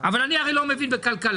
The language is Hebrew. אבל הרי אני לא מבין בכלכלה,